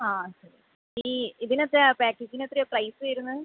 ആ ശരി ഈ ഇതിന് എത്രയാ പാക്കേജിന് എത്രയാ പ്രൈസ് വരുന്നത്